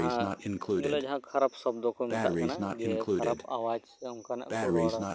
ᱡᱟᱦᱟᱸ ᱵᱚᱞᱮ ᱡᱟᱦᱟᱸ ᱠᱷᱟᱨᱟᱯ ᱥᱚᱵᱽᱫᱚ ᱠᱚ ᱢᱮᱛᱟᱜ ᱠᱟᱱᱟ ᱡᱮ ᱠᱷᱟᱨᱟᱯ ᱟᱣᱟᱡᱽ ᱚᱝᱠᱟᱱᱟᱜ ᱠᱚ ᱨᱚᱲᱟ